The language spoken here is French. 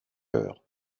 heures